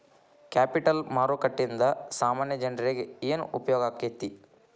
Capital ಮಾರುಕಟ್ಟೇಂದಾ ಸಾಮಾನ್ಯ ಜನ್ರೇಗೆ ಏನ್ ಉಪ್ಯೊಗಾಕ್ಕೇತಿ?